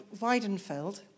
Weidenfeld